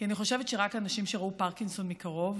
כי אני חושבת שרק אנשים שראו פרקינסון מקרוב